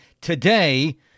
today